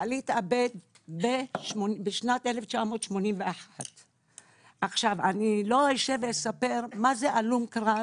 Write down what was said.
בעלי התאבד בשנת 1981. אני לא אשב ואספר מה זה הלום-קרב,